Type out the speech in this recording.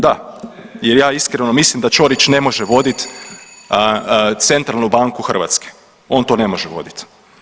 Da, jer ja iskreno mislim da Ćorić ne može voditi centralnu banku Hrvatske, on to ne može vodit.